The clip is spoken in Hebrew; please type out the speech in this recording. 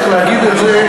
צריך להגיד את זה,